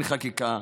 אין חקיקה,